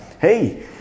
Hey